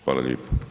Hvala lijepo.